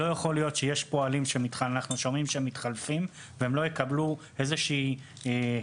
לא יכול להיות שיש פועלים שמתחלפים והם לא יקבלו איזו חותמת